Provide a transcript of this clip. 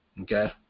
Okay